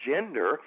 gender